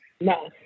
No